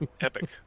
epic